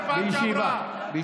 בישיבה.